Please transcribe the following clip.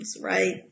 right